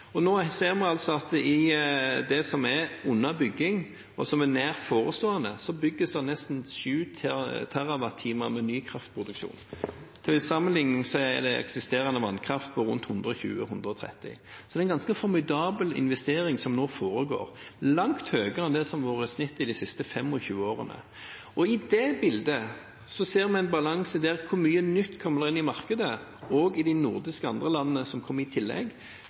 Nå ser vi at det som er under bygging og nær forestående, er nesten 7 TWh ny kraftproduksjon. Til sammenligning er eksisterende vannkraft på rundt 120–130 TWh. Så det er en ganske formidabel investering som nå foregår, langt høyere enn det som har vært gjennomsnittet i de siste 25 årene. I det bildet ser vi en balanse: Hvor mye nytt kommer det inn i markedet – og, i tillegg, i de andre nordiske landene?